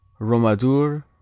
Romadur